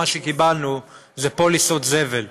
מה שקיבלנו זה פוליסות זבל.